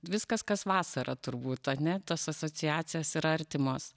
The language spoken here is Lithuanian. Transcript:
viskas kas vasara turbūt ane tos asociacijos ir artimos